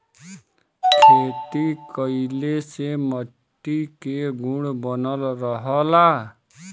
खेती कइले से मट्टी के गुण बनल रहला